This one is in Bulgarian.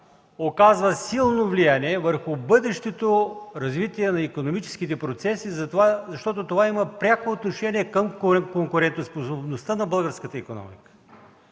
оказва силно влияние върху бъдещото развитие на икономическите процеси, затова защото това има пряко отношение към конкурентоспособността на българската икономика.